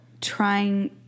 trying